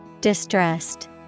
distressed